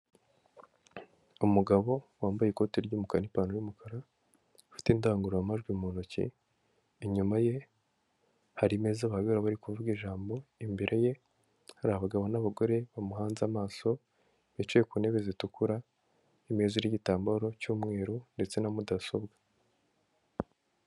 Umugabo wambaye ikoti ry'umukara n'ipantaro y'umukara, ufite indangururamajwi mu ntoki, inyuma ye hari imeza bahagararaho bari kuvuga ijambo, imbere ye hari abagabo n'abagore bamuhanze amaso, bicaye ku ntebe zitukura imeza iriho igitambaro cy'umweru ndetse na mudasobwa.